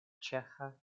ĉeĥa